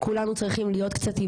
כולנו צריכים להיות קצת עם